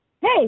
Hey